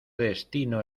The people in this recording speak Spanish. destino